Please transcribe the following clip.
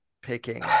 picking